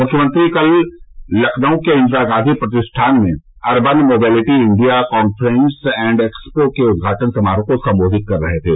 मुख्यमंत्री कल लखनऊ के इंदिरा गांधी प्रतिष्ठान में urban mobility India conference and expo के उदघाटन समारोह को सम्बोधित कर रहे थे